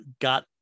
got